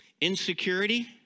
Insecurity